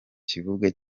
kibuga